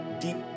deep